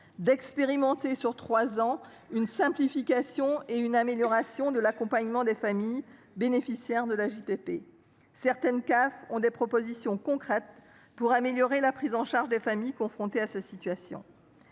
d’expérimenter sur trois ans une simplification et une amélioration de l’accompagnement des familles bénéficiaires de l’AJPP. Certaines CAF avancent des propositions concrètes pour améliorer la prise en charge des familles confrontées à ces situations.